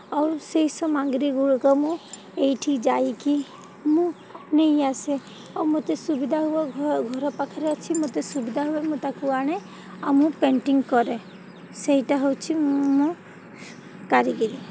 ଆଉ ସେହି ସାମଗ୍ରୀଗୁଡ଼ିକ ମୁଁ ଏଇଠି ଯାଇକି ମୁଁ ନେଇଆସେ ଆଉ ମୋତେ ସୁବିଧା ହୁଏ ଘର ପାଖରେ ଅଛି ମୋତେ ସୁବିଧା ହୁଏ ମୁଁ ତାକୁ ଆଣେ ଆଉ ମୁଁ ପେଣ୍ଟିଂ କରେ ସେଇଟା ହେଉଛିି ମୁଁ ମୋ କାରିଗରୀ